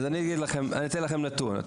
אז אני אגיד לכם, אני אתן לכם נתון.